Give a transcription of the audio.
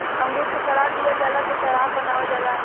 अंगूर के सड़ा दिहल जाला आ शराब बनावल जाला